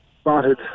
spotted